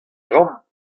gambr